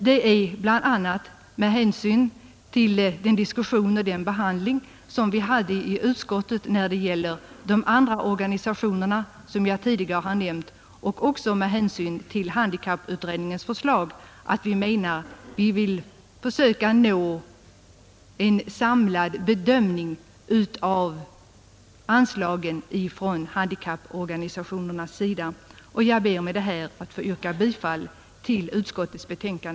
Det är bl.a. med hänsyn till den diskussion som vi fört i utskottet när det gäller anslag till de andra organisationerna som jag tidigare har nämnt om och även med hänsyn till handikapputredningens förslag som vi menar att vi bör söka få en samlad bedömning av bidragen till handikapporganisationerna. Jag ber med detta att få yrka bifall till utskottets hemställan.